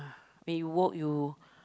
when you walk you